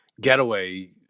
getaway